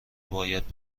باید